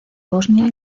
bosnia